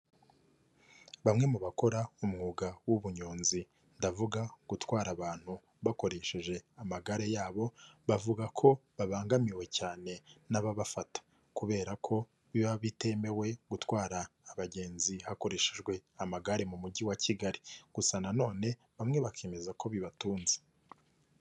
bamwe mu bakora umwuga w'ubunyonzi ndavuga wo gutwara abantu bakoresheje amagare yabo bavuga ko babangamiwe cyane n'ababafata kubera ko biba bitemewe gutwara abagenzi hakoreshejwe amagare mu mujyi wa kigali gusa nanone bamwe bakemeza ko bibatunze Bamwe mu bakora umwuga w'ubunyonzi ndavuga wo gutwara abantu bakoresheje amagare yabo, bavuga ko babangamiwe cyane n'ababafata kubera ko biba biremewe gutwara abagenzi hakoreshejwe amagare mu mujyi wa Kigaki, gusa nanone bamwe bakemeza ko bibatunze.